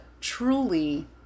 truly